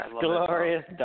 Glorious